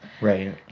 Right